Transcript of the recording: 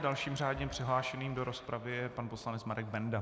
Dalším řádně přihlášeným do rozpravy je pan poslanec Marek Benda...